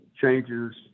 changes